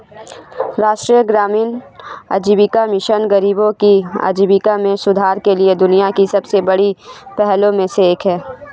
राष्ट्रीय ग्रामीण आजीविका मिशन गरीबों की आजीविका में सुधार के लिए दुनिया की सबसे बड़ी पहलों में से एक है